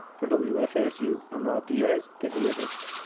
for wfsu, i'm rob diaz de villegas.